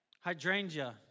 Hydrangea